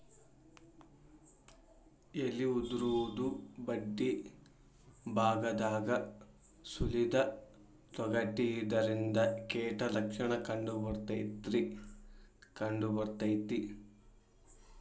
ಎಲಿ ಉದುರುದು ಬಡ್ಡಿಬಾಗದಾಗ ಸುಲಿದ ತೊಗಟಿ ಇದರಿಂದ ಕೇಟ ಲಕ್ಷಣ ಕಂಡಬರ್ತೈತಿ